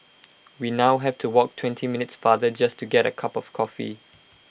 we now have to walk twenty minutes farther just to get A cup of coffee